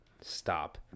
Stop